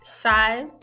shy